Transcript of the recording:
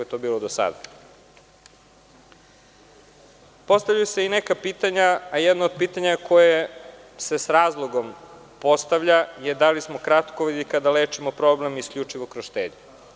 Postavljaju se i neka pitanja, a jedno od pitanja koje se sa razlogom postavlja je da li smo kratkovidi kada lečimo problem isključivo kroz štednju.